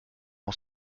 mon